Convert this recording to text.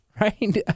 right